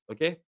Okay